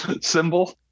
symbol